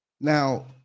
Now